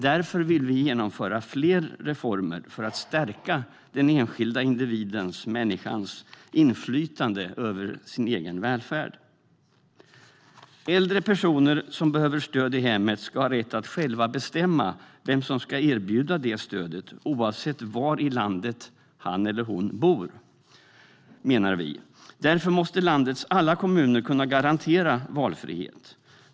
Därför vill vi genomföra fler reformer för att stärka den enskilda individens - människans - inflytande över sin välfärd. Äldre personer som behöver stöd i hemmet ska ha rätt att själva bestämma vem som ska erbjuda stödet, oavsett var i landet han eller hon bor. Därför måste landets alla kommuner kunna garantera valfrihet.